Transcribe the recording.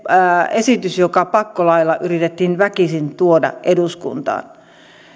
esitys joka pakkolaeilla yritettiin väkisin tuoda eduskuntaan